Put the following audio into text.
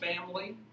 family